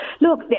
Look